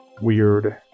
weird